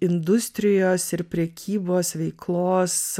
industrijos ir prekybos veiklos